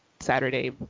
saturday